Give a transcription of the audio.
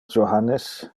johannes